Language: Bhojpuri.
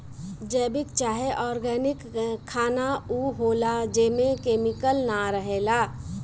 जैविक चाहे ऑर्गेनिक खाना उ होला जेमे केमिकल ना रहेला